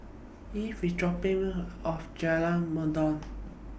Ivie IS dropping Me off At Jalan Mendong